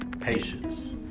patience